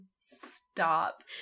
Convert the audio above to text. Stop